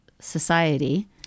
society